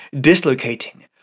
dislocating